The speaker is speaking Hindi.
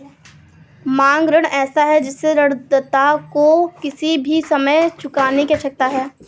मांग ऋण ऐसा है जिससे ऋणदाता को किसी भी समय चुकाने की आवश्यकता है